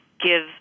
give